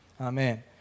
Amen